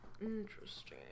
interesting